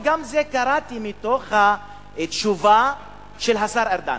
וגם את זה קראתי מתוך התשובה של השר ארדן,